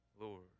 Lord